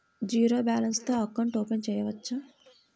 Zero balance తో account open చేయవచ్చు?